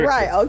Right